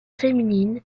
féminine